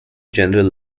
general